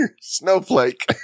Snowflake